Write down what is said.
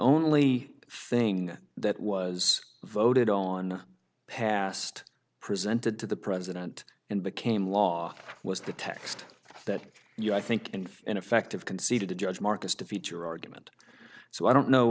only thing that was voted on passed presented to the president and became law was the text that you i think and ineffective conceded to judge marcus defeats your argument so i don't know